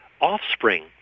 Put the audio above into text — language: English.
offspring